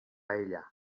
ella